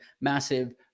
massive